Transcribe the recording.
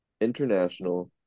international